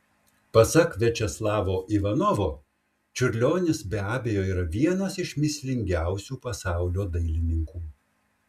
pasak viačeslavo ivanovo čiurlionis be abejo yra vienas iš mįslingiausių pasaulio dailininkų